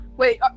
Wait